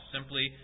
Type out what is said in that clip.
Simply